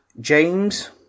James